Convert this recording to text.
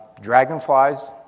Dragonflies